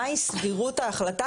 מהי סבירות ההחלטה,